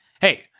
hey